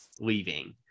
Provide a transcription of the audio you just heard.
leaving